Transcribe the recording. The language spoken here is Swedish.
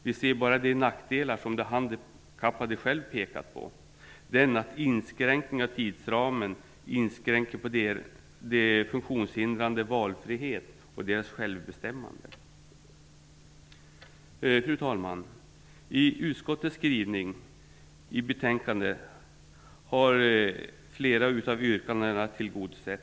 Vi ser bara de nackdelar som de handikappade själva pekar på, t.ex. att inskränkningen av tidsramen inskränker på de funktionshindrades valfrihet och självbestämmande. Fru talman! Utskottets skrivning i betänkandet har tillgodosett många av de yrkanden som ställts.